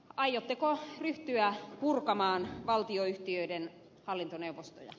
aiotteko ryhtyä purkamaan valtionyhtiöiden hallintoneuvostoja